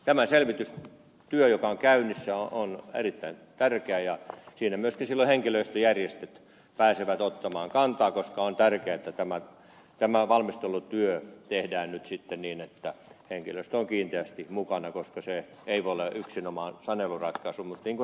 tämä selvitystyö joka on käynnissä on erittäin tärkeä ja siinä myöskin silloin henkilöstöjärjestöt pääsevät ottamaan kantaa koska on tärkeää että tämä valmistelutyö tehdään nyt sitten niin että henkilöstö on kiinteästi mukana koska se ei voi olla yksinomaan saneluratkaisu